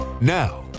now